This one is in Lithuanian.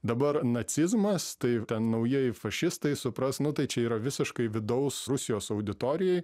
dabar nacizmas tai ten naujieji fašistai supras nu tai čia yra visiškai vidaus rusijos auditorijai